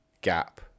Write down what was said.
gap